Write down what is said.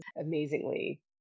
Amazingly